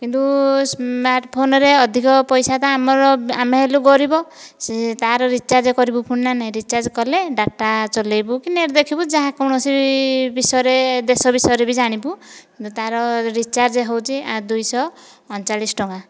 କିନ୍ତୁ ସ୍ମାର୍ଟ ଫୋନରେ ଅଧିକ ପଇସା ତ ଆମର ଆମେ ହେଲୁ ଗରିବ ସେ ତାର ରିଚାର୍ଜ କରିବୁ ପୁଣି ନା ନାହିଁ ରିଚାର୍ଜ କଲେ ଡାଟା ଚଲାଇବୁ କି ନେଟ୍ ଦେଖିବୁ ଯାହା କୌଣସି ବିଷୟରେ ଦେଶ ବିଷୟରେ ବି ଜାଣିବୁ ତାର ରିଚାର୍ଜ ହେଉଛି ଦୁଇ ଶହ ଅଣଚାଳିଶ ଟଙ୍କା